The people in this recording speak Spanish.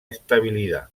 estabilidad